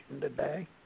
today